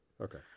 okay